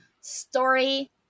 Story